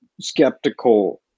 skeptical